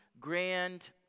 grand